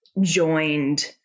joined